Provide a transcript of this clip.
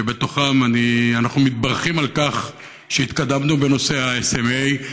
שבתוכם אנחנו מתברכים על כך שהתקדמנו בנושא ה-SMA,